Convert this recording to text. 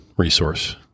resource